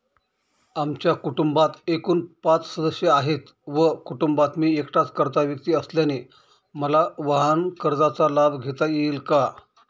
आमच्या कुटुंबात एकूण पाच सदस्य आहेत व कुटुंबात मी एकटाच कर्ता व्यक्ती असल्याने मला वाहनकर्जाचा लाभ घेता येईल का?